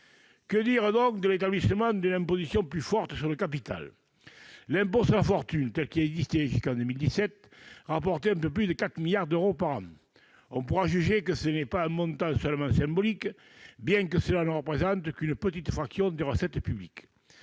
Que dire donc de l'établissement d'une imposition plus forte sur le capital ? L'impôt sur la fortune tel qu'il existait jusqu'en 2017 rapportait un peu plus de 4 milliards d'euros par an. On pourra juger que ce n'est pas un montant seulement symbolique, bien qu'il ne représente qu'une petite fraction des recettes publiques.